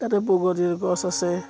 তাতে বগৰীৰ গছ আছে